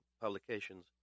publications